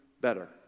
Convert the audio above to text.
better